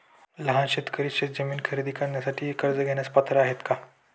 लहान शेतकरी शेतजमीन खरेदी करण्यासाठी कर्ज घेण्यास पात्र आहेत का?